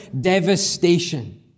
devastation